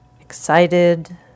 excited